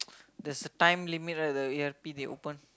there's a time limit right the E_R_P they open